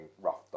rough